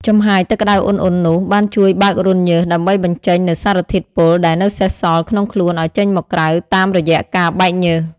ចំហាយទឹកក្តៅឧណ្ហៗនោះបានជួយបើករន្ធញើសដើម្បីបញ្ចេញនូវសារធាតុពុលដែលនៅសេសសល់ក្នុងខ្លួនឱ្យចេញមកក្រៅតាមរយៈការបែកញើស។